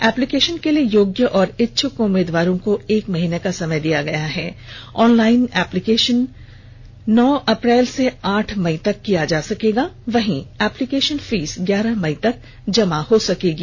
application के लिए योग्य और इच्छक उम्मीदवारों को एक माहीने का समय दिया गया है ऑनलाइन एप्लीकेशन नौ अप्रैल से आठ मई तक किया जा सकेगा वहीं एप्लीकेशन फीस ग्यारह मई तक जमा होंगे